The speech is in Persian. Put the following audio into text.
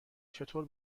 چطور